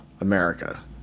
America